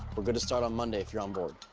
we're good to start on monday if you're on board.